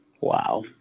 Wow